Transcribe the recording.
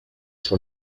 sur